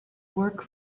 work